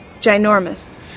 Ginormous